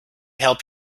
help